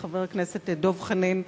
חבר הכנסת דב חנין,